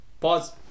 pause